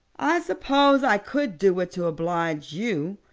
i suppose i could do it to oblige you,